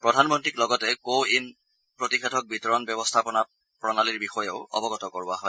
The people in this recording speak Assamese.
প্ৰধানমন্ত্ৰীক লগতে কো ৱিন প্ৰতিষেধক বিতৰণ ব্যৱস্থাপনা প্ৰণালীৰ বিষয়েও অৱগত কৰোৱা হয়